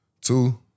Two